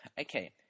Okay